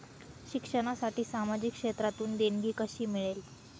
शिक्षणासाठी सामाजिक क्षेत्रातून देणगी कशी मिळेल?